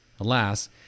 Alas